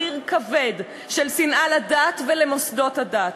מחיר כבד של שנאה לדת ולמוסדות הדת.